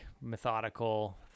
methodical